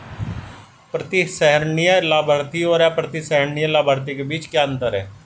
प्रतिसंहरणीय लाभार्थी और अप्रतिसंहरणीय लाभार्थी के बीच क्या अंतर है?